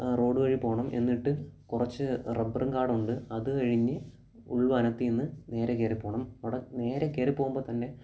റോഡുവഴി പോണം എന്നിട്ട് കുറച്ച് റബ്ബറും കാടുണ്ട് അതു കഴിഞ്ഞ് ഉൾവനത്തിൽ നിന്ന് നേരെ കയറിപ്പോണം അവിടെ നേരെ കയറിപ്പോകുമ്പോൾ തന്നെ